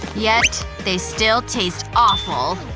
yet they still taste awful.